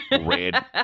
Red